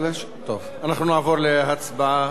אנחנו נעבור להצבעה, חברי הכנסת.